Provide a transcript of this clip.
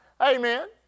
Amen